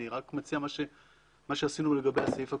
אני מציע מה שעשינו לגבי הסעיף הקודם,